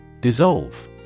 Dissolve